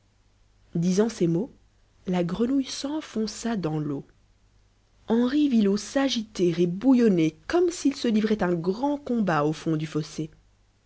disant ces mots la grenouille s'enfonça dans l'eau henri vit l'eau s'agiter et bouillonner comme s'il se livrait un grand combat au fond du fossé